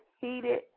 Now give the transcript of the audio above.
heated